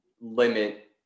limit